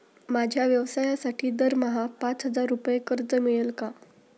माझ्या व्यवसायासाठी दरमहा पाच हजार रुपये कर्ज मिळेल का?